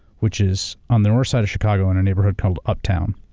which is on the north side of chicago in a neighborhood called uptown.